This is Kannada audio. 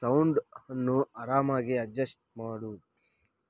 ಸೌಂಡನ್ನು ಆರಾಮಾಗಿ ಅಡ್ಜಸ್ಟ್ ಮಾಡು